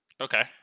Okay